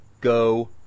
Go